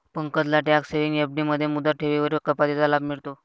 पंकजला tax saving FD मध्ये मुदत ठेवींवरील कपातीचा लाभ मिळतो